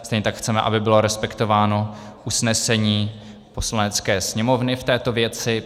Stejně tak chceme, aby bylo respektováno usnesení Poslanecké sněmovny v této věci.